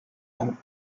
danken